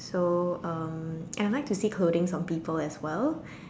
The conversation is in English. so um and I like to say clothings on people as well